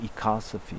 ecosophy